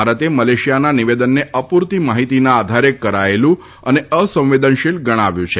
ભારતે મલેશિયાના નિવેદનને અપૂરતી માહિતીના આધારે કરાયેલું અને અસંવેદનશીલ ગણાવ્યું છે